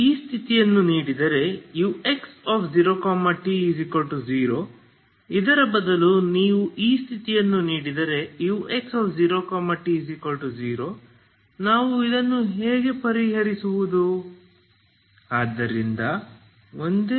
ನೀವು ಈ ಸ್ಥಿತಿಯನ್ನು ನೀಡಿದರೆ ux0t0 ಇದರ ಬದಲು ನೀವು ಈ ಸ್ಥಿತಿಯನ್ನು ನೀಡಿದರೆ u0t0 ನಾವು ಇದನ್ನು ಹೇಗೆ ಪರಿಹರಿಸುವುದು